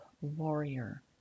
warrior